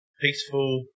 peaceful